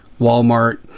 Walmart